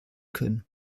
können